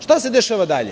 Šta se dešava dalje?